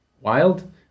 wild